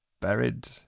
buried